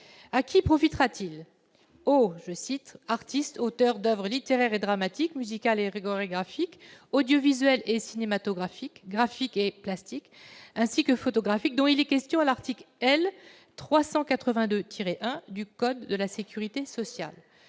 À qui profitera cette mesure ? Aux « artistes auteurs d'oeuvres littéraires et dramatiques, musicales et chorégraphiques, audiovisuelles et cinématographiques, graphiques et plastiques, ainsi que photographiques », dont il est question à l'article L. 382-1 du code de la sécurité sociale.